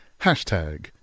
Hashtag